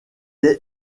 est